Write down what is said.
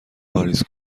واریز